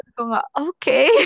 okay